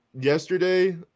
Yesterday